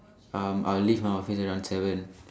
um I'll leave my office around seven